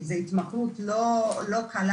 כי זו התמכרות לא קלה,